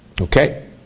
Okay